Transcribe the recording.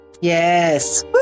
yes